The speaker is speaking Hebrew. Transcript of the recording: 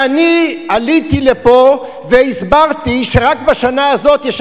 ואני עליתי לפה והסברתי שרק בשנה הזאת יש